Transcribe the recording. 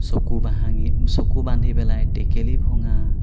চকু ভাঙি চকু বান্ধি পেলাই টেকেলি ভঙা